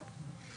הקורונה.